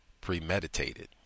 Premeditated